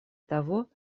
того